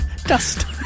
Dust